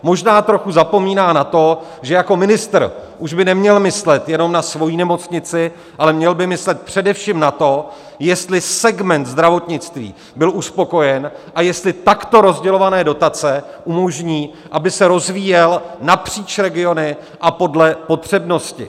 Možná trochu zapomíná na to, že jako ministr už by neměl myslet jenom na svoji nemocnici, ale měl by myslet především na to, jestli segment zdravotnictví byl uspokojen a jestli takto rozdělované dotace umožní, aby se rozvíjel napříč regiony a podle potřebnosti.